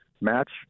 match